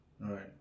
Right